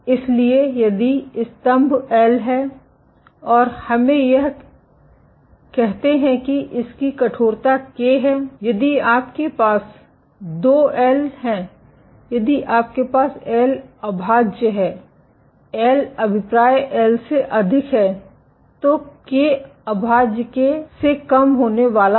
इसलिए यदि स्तंभ एल है और हमें यह कहते हैं कि इसकी कठोरता के है यदि आपके पास 2एल है यदि आपके पास एल अभाज्य है एल अभिप्राय एल से अधिक है तो के अभाज्य के से कम होने वाला है